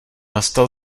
nastal